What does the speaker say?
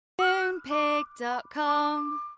Moonpig.com